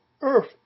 earth